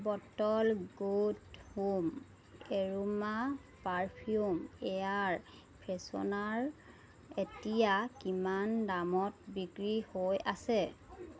bottle good home aroma perfume air freshener এতিয়া কিমান দামত বিক্ৰী হৈ আছে